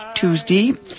Tuesday